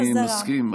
אני מסכים.